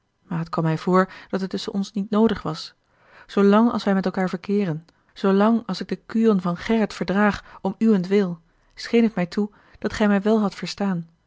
maar het kwam mij voor dat het tusschen ons niet noodig was zoolang als wij met elkaâr verkeeren zoolang als ik de kuren van gerrit verdraag om uwentwil scheen het mij toe dat gij mij wel hadt verstaan